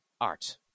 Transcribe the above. art